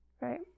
Right